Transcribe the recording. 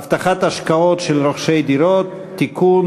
(הבטחת השקעות של רוכשי דירות) (תיקון,